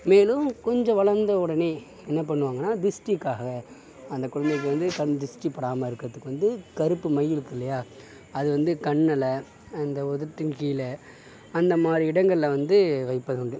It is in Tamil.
மேலும் கொஞ்சம் வளர்ந்த உடனே என்ன பண்ணுவாங்கனா திருஷ்டிக்காக அந்த அந்த குழந்தைக்கு வந்து கண் திருஷ்டி படாமல் இருக்குறதுக்கு வந்து கருப்பு மை இருக்குது இல்லையா அது வந்து கண்ணில் அந்த உதட்டின் கீழே அந்த மாதிரி இடங்களில் வந்து வைப்பது உண்டு